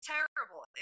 Terrible